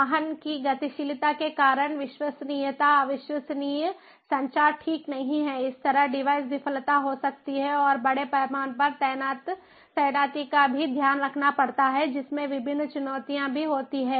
वाहन की गतिशीलता के कारण विश्वसनीयता अविश्वसनीय संचार ठीक नहीं है इसी तरह डिवाइस विफलता हो सकती है और बड़े पैमाने पर तैनाती का भी ध्यान रखना पड़ता है जिसमें विभिन्न चुनौतियां भी होती हैं